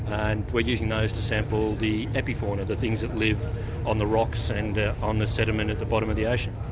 and we're using those to sample the epifauna, these things that live on the rocks and on the sediment at the bottom of the ocean.